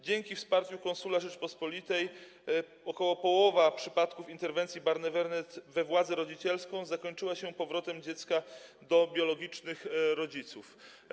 Dzięki wsparciu konsula Rzeczypospolitej blisko połowa spraw związanych z interwencją Barnevernet we władzę rodzicielską zakończyła się powrotem dzieci do biologicznych rodziców.